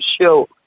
show